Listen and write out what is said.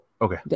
Okay